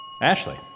Ashley